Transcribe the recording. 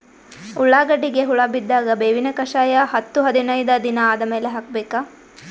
ಉಳ್ಳಾಗಡ್ಡಿಗೆ ಹುಳ ಬಿದ್ದಾಗ ಬೇವಿನ ಕಷಾಯ ಹತ್ತು ಹದಿನೈದ ದಿನ ಆದಮೇಲೆ ಹಾಕಬೇಕ?